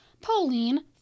Pauline